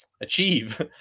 achieve